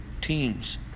Teams